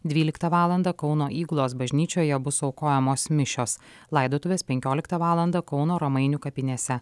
dvyliktą valandą kauno įgulos bažnyčioje bus aukojamos mišios laidotuvės penkioliktą valandą kauno romainių kapinėse